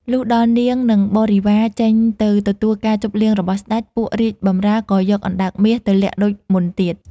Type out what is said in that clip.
លុះដល់នាង និងបរិវារចេញទៅទទួលការជប់លៀងរបស់ស្ដេច ពួករាជបម្រើ ក៏ យកអណ្ដើកមាសទៅលាក់ដូចមុនទៀត ។